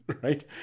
right